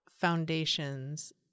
foundations